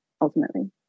ultimately